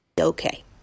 Okay